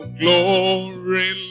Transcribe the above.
glory